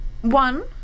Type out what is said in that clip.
one